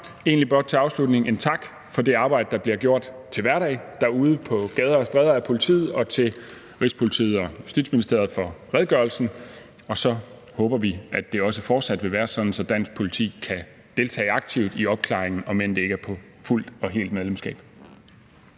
egentlig blot til afslutning en tak for det arbejde, der bliver gjort til hverdag derude på gader og stræder af politiet, og en tak til Rigspolitiet og Justitsministeriet for redegørelsen. Så håber vi, at det også fortsat vil være sådan, at dansk politi kan deltage aktivt i opklaringen, om end det ikke er ud fra fuldt og helt medlemskab.